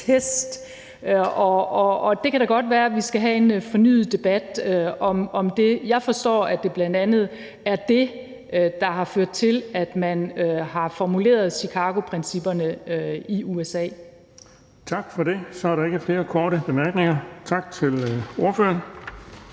og det kan da godt være, at vi skal have en fornyet debat om det. Jeg forstår, at det bl.a. er det, der har ført til, at man har formuleret Chicagoprincipperne i USA. Kl. 13:06 Den fg. formand (Erling Bonnesen): Tak for det. Der er ikke flere korte bemærkninger. Tak til ordføreren.